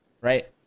right